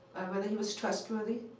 whether he was trustworthy.